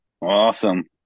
Awesome